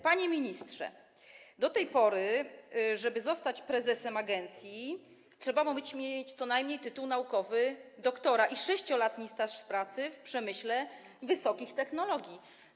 Panie ministrze, do tej pory, żeby zostać prezesem agencji, trzeba było mieć co najmniej tytuł naukowy doktora i 6-letni staż pracy w przemyśle wysokich technologii.